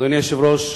אדוני היושב-ראש,